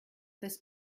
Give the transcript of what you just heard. this